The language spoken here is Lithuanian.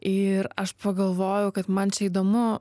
ir aš pagalvojau kad man čia įdomu